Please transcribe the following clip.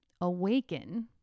awaken